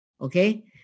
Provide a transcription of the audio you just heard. Okay